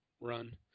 run